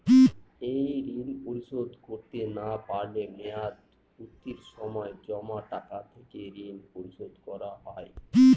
এই ঋণ পরিশোধ করতে না পারলে মেয়াদপূর্তির সময় জমা টাকা থেকে ঋণ পরিশোধ করা হয়?